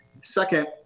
Second